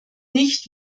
nicht